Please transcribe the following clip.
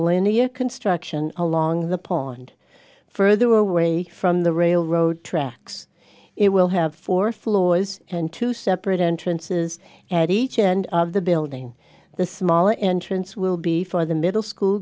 linear construction along the pole and further away from the railroad tracks it will have four floors and two separate entrances at each end of the building the smaller entrance will be for the middle school